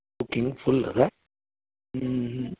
booking full ಅದ ಹ್ಞೂ ಹ್ಞೂ